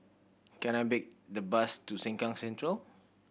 can I big the bus to Sengkang Central